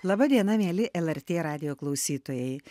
laba diena mieli lrt radijo klausytojai